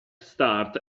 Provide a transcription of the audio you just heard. start